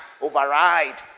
override